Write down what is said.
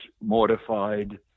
mortified